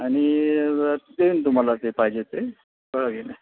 आणि देईन तुम्हाला जे पाहिजे ते कळलं की नाही